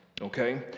okay